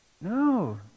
No